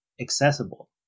accessible